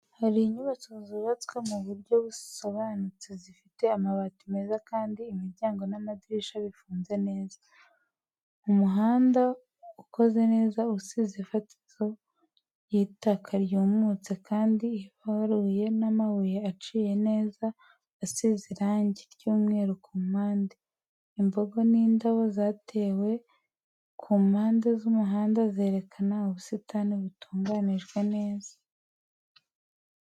Hari inyubako zubatswe mu buryo busobanutse zifite amabati meza kandi imiryango n'amadirishya bifunze neza. Umuhanda ukoze neza usize ifatizo y’itaka ryumutse kandi ubaruye n'amabuye aciye neza asize irangi ry'umweru ku mpande. Imboga n’indabo zatewe ku mpande z’umuhanda zerekana ubusitani butunganijwe neza.